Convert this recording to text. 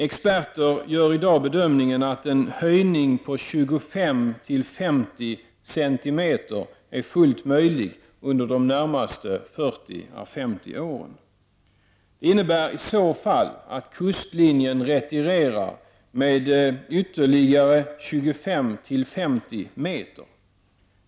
Experter gör i dag bedömningen att en höjning på 25—50 cm är fullt möjlig under de närmaste 40—50 åren. Det innebär i så fall att kustlinjen retirerar med ytterligare 25—50 m.